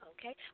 Okay